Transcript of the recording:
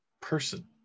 person